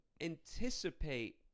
anticipate